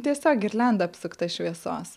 tiesiog girlianda apsukta šviesos